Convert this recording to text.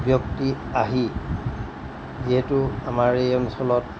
ব্যক্তি আহি যিহেতু আমাৰ এই অঞ্চলত